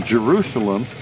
Jerusalem